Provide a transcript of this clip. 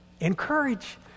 Encourage